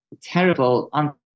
terrible